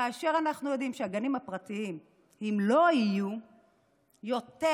כאשר אנחנו יודעים שאם לא יהיו גנים פרטיים,